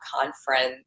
conference